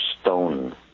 stone